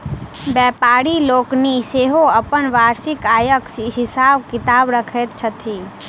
व्यापारि लोकनि सेहो अपन वार्षिक आयक हिसाब किताब रखैत छथि